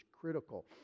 critical